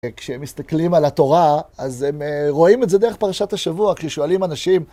כשהם מסתכלים על התורה, אז הם רואים את זה דרך פרשת השבוע כששואלים אנשים.